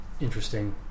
interesting